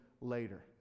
later